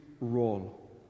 role